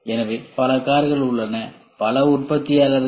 எனவே பல கார்கள் உள்ளன பல உற்பத்தியாளர்கள்